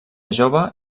jove